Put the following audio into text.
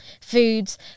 foods